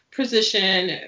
Position